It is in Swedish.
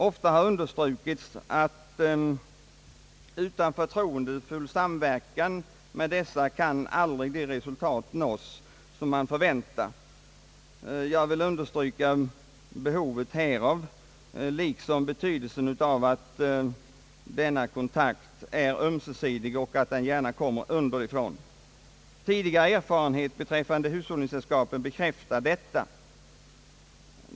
Ofta har understrukits att utan förtroendefull samverkan med dessa de resultat som man förväntar aldrig kan uppnås. Jag vill framhålla behovet av denna samverkan liksom betydelsen av att denna kontakt är ömsesidig och att den gärna kommer underifrån. Tidigare erfarenhet beträffande hushållningssällskapen bekräftar detta.